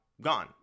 gone